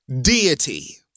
deity